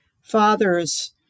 father's